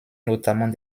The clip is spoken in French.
notamment